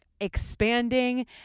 expanding